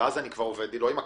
ואז אני עובד לא עם הקבלן,